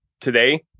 today